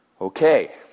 Okay